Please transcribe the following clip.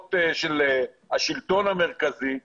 מערכות של השלטון המרכזי,